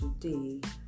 today